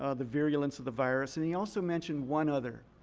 ah the virulence of the virus, and he also mentioned one other,